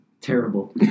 Terrible